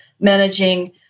managing